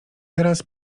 teraz